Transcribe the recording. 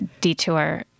detour